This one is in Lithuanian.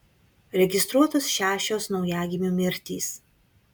registruotos šešios naujagimių mirtys